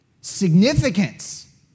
significance